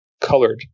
colored